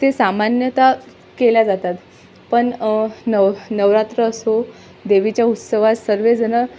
ते सामान्यत केल्या जातात पण नव नवरात्र असो देवीच्या उत्सावात सर्वजण